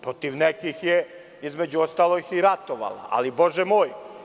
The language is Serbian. Protiv nekih je, između ostalog, i ratovala, ali bože moj.